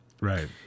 right